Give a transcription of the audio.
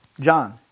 John